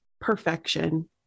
perfection